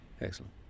Excellent